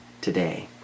today